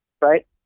right